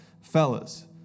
fellas